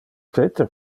peter